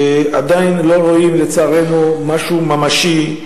עדיין לא רואים, לצערנו, משהו ממשי,